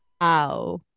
wow